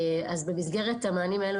במסגרת המענה האלה,